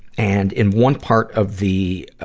and in one part of the, ah,